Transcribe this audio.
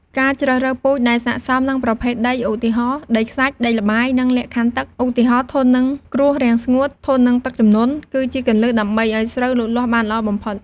ការជ្រើសរើសពូជដែលស័ក្តិសមនឹងប្រភេទដី ឧទាហរណ៍ ដីខ្សាច់ ដីល្បាយ និងលក្ខខណ្ឌទឹក ឧទាហរណ៍ ធន់នឹងគ្រោះរាំងស្ងួត ធន់នឹងទឹកជំនន់ គឺជាគន្លឹះដើម្បីឱ្យស្រូវលូតលាស់បានល្អបំផុត។